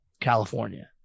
California